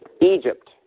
Egypt